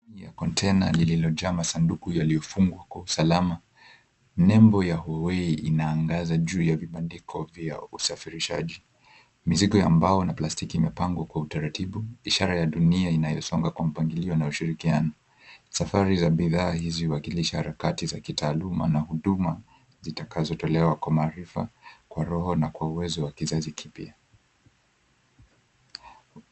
Juu ya konteina lililojaa masanduku yaliyofungwa kwa usalama, nembo ya howei inaangaza juu ya vibandiko vya usafirishaji. Mizigo ya mbao na plastiki imepangwa kwa utaratibu, ishara ya dunia inayosonga kwa mpangilio na ushirikiano. Safari za bidhaa hizi huwakilisha harakati za kitaaluma na huduma zitakazotolewa kwa maarifa kwa roho na kwa uwezo wa kizazi kipya.